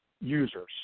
users